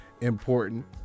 important